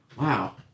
wow